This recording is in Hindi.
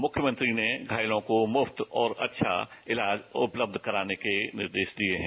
मुख्यमंत्री ने घायलों को मुफ्त और अच्छा इलाज उपलब्ध कराने के निर्देश दिए हैं